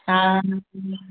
हा